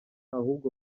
ahubwo